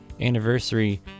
anniversary